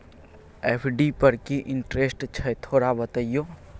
FD पर की interest छय थोरा बतईयो?